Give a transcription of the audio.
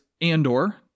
andor